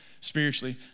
spiritually